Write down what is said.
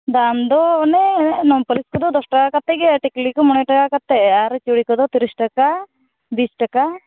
ᱫᱟᱢᱫᱚ ᱚᱱᱮ ᱱᱚᱢᱯᱟᱹᱞᱤᱥ ᱠᱚᱫᱚ ᱫᱚᱥ ᱴᱟᱠᱟ ᱠᱟᱛᱮᱫᱜᱮ ᱟᱨ ᱴᱤᱠᱞᱤᱠᱚ ᱢᱚᱬᱮ ᱴᱟᱠᱟ ᱠᱟᱛᱮᱫ ᱟᱨ ᱪᱩᱲᱤᱠᱚᱫᱚ ᱛᱤᱨᱤᱥ ᱴᱟᱠᱟ ᱵᱤᱥ ᱴᱟᱠᱟ